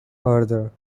arthur